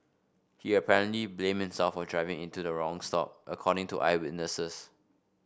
he apparently blamed himself for driving into the wrong stop according to eyewitnesses